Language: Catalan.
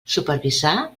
supervisar